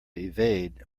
evade